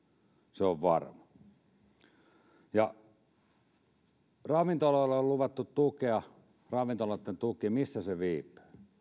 se on varma ravintoloille on luvattu tukea ravintoloitten tuki missä se viipyy